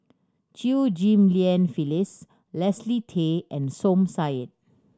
Chew Ghim Lian Phyllis Leslie Tay and Som Said